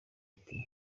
ati